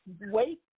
Wait